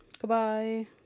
Goodbye